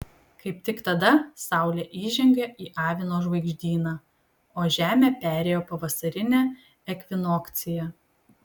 kaip tik tada saulė įžengė į avino žvaigždyną o žemė perėjo pavasarinę ekvinokciją